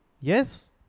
Yes